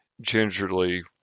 Gingerly